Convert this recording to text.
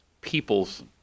people's